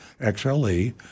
XLE